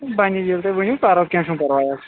بنہِ ییٚلہِ تُہۍ ؤنو کینہہ چھنہٕ پرواے